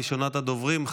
ראשונת הדוברים,